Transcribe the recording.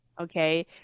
okay